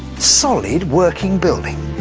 solid working building.